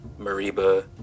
Mariba